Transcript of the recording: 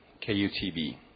K-U-T-B